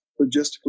logistically